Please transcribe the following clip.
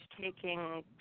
taking